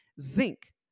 Zinc